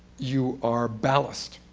you are ballast.